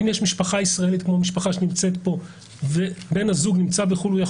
אם יש משפחה ישראלית כמו המשפחה שנמצאת כאן ובן הזוג נמצא בחוץ לארץ,